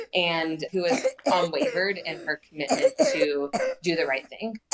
and who has unwavered in her commitment to do the right thing.